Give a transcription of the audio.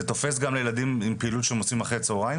זה תופס גם לגבי ילדים בפעילות שהם עושים אחר הצוהריים?